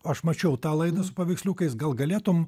aš mačiau tą laidą su paveiksliukais gal galėtum